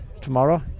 tomorrow